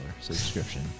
subscription